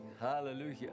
Hallelujah